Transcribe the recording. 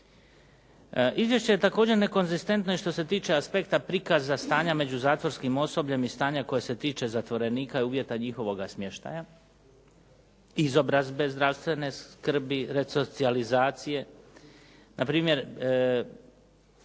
Izvješće je također nekonzistentno i što se tiče aspekta prikaza stanja među zatvorskim osobljem i stanja koje se tiče zatvorenika i uvjeta njihovoga smještaja, izobrazbe, zdravstvene skrbi, resocijalizacije. Na primjer,